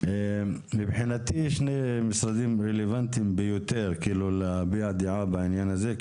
מבחינתי שני משרדים רלוונטיים ביותר להביע דעה בעניין הזה.